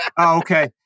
Okay